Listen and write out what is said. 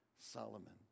Solomon